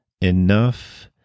enough